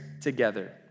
together